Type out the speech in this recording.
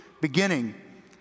beginning